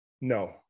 No